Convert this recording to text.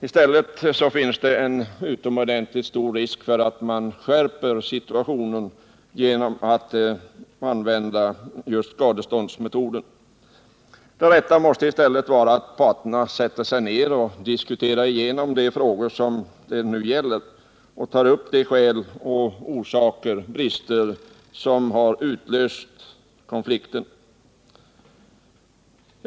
I stället finns det en utomordentligt stor risk för att man skärper situationen genom att använda just skadeståndsmetoden. Det rätta måste vara att parterna sätter sig ner och diskuterar igenom dessa frågor och tar upp de skäl och brister som har utlöst konflikten.